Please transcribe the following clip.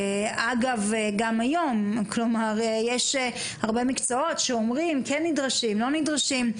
גם היום אומרים שיש הרבה מקצועות שהם כן או לא נדרשים.